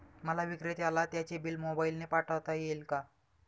मला विक्रेत्याला त्याचे बिल मोबाईलने पाठवता येईल का?